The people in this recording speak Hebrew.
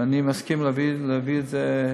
ואני מסכים להביא את זה,